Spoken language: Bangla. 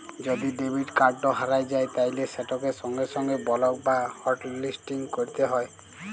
যদি ডেবিট কাড়ট হারাঁয় যায় তাইলে সেটকে সঙ্গে সঙ্গে বলক বা হটলিসটিং ক্যইরতে হ্যয়